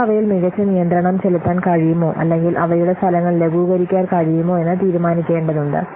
നമുക്ക് അവയിൽ മികച്ച നിയന്ത്രണം ചെലുത്താൻ കഴിയുമോ അല്ലെങ്കിൽ അവയുടെ ഫലങ്ങൾ ലഘൂകരിക്കാൻ കഴിയുമോ എന്ന് തീരുമാനിക്കേണ്ടതുണ്ട്